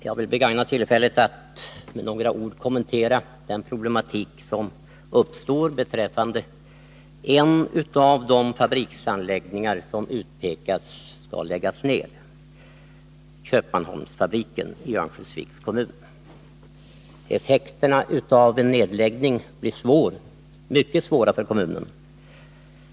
Fru talman! Jag vill begagna tillfället att med några ord kommentera den problematik som uppstår beträffande en av de fabriksanläggningar som här utpekas för nedläggning. Det gäller Köpmanholmsfabriken i Örnsköldsviks kommun. Effekterna av en nedläggning blir mycket svåra för kommunen.